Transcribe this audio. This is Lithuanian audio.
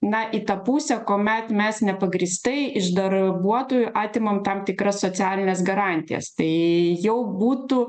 na į tą pusę kuomet mes nepagrįstai iš darbuotojų atimam tam tikras socialines garantijas tai jau būtų